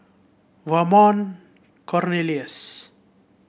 Vernon Cornelius